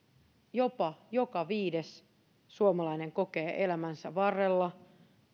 jopa joka viides suomalainen kokee elämänsä varrella